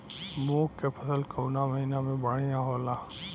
मुँग के फसल कउना महिना में बढ़ियां होला?